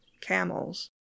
camels